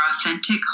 authentic